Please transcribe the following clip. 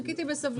חיכיתי בסבלנות.